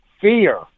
fear